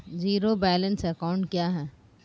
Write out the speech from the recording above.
Zero balance account क्या है?